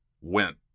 went